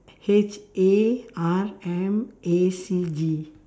H A R M A C G